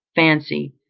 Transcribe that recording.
fancy,